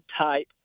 type